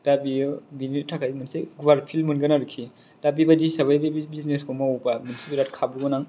दा बेयो बेनि थाखाय मोनसे गुवार फिल्द मोनगोन आरोखि दा बेबादि हिसाबै बे बे बिजिनेसखौ मावोबा मोनसे बिराट खाबु गोनां